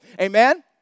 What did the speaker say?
Amen